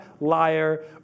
liar